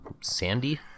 sandy